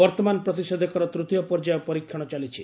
ବର୍ତ୍ତମାନ ପ୍ରତିଷେଧକର ତୂତୀୟ ପର୍ଯ୍ୟାୟ ପରୀକ୍ଷଣ ଚାଲିଛି